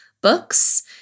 books